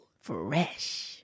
Fresh